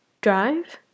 Drive